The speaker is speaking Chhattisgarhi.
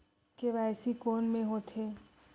के.वाई.सी कोन में होथे?